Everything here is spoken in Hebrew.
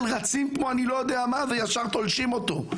כמו אני לא יודע מה וישר תולשים אותו.